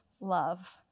love